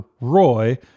Roy